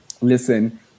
listen